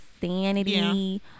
sanity